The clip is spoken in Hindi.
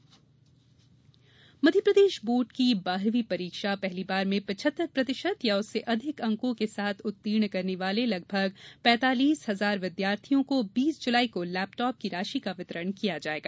लैपटाप मध्यप्रदेश बोर्ड की बारहवीं परीक्षा पहली बार में पिचहत्तर प्रतिशत या उससे अधिक अंकों के साथ उत्तीर्ण करने वाले लगभग पैतालीस हजार विद्यार्थियों को बीस जुलाई को लैपटाप की राशि का वितरण किया जायेगा